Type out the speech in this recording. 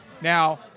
Now